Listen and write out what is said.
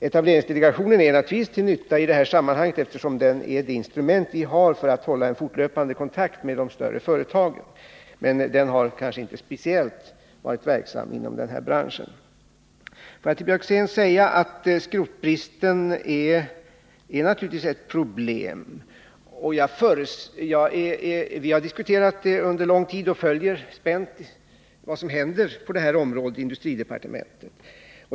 Etableringsdelegationen är naturligtvis till nytta i det här sammanhanget, eftersom den är det instrument vi har för att hålla en fortlöpande kontakt med de större företagen, men den har kanske inte varit verksam speciellt inom den här branschen. Får jag så till Karl Björzén säga att skrotbristen naturligtvis är ett problem. Vi har inom industridepartementet diskuterat detta under lång tid och följer spänt vad som händer på det här området.